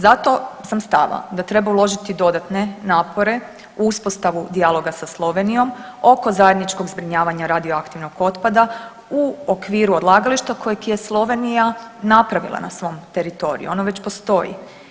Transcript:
Zato sam stava da treba uložiti dodatne napore, uspostavu dijaloga sa Slovenijom oko zajedničkog zbrinjavanja radioaktivnog otpada u okviru odlagališta kojeg je Slovenija napravila na svom teritoriju, ono već postoji.